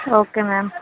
okay ma'am